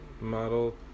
model